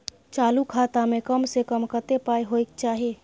चालू खाता में कम से कम कत्ते पाई होय चाही?